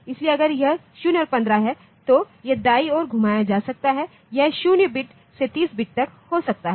इसलिए अगर यह 0 और 15 है तो यह दाईं ओर घुमाया जा सकता है यह 0 बिट से 30 बिट तक हो सकता है